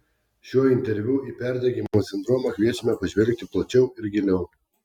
šiuo interviu į perdegimo sindromą kviečiame pažvelgti plačiau ir giliau